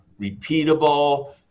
repeatable